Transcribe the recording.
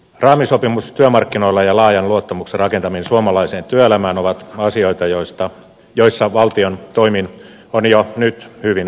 raamisopimus työmarkkinoilla ja laajan luottamuksen rakentaminen suomalaiseen työelämään ovat asioita joissa valtion toimin on jo nyt hyvin onnistuttu